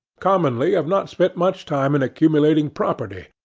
commonly have not spent much time in accumulating property.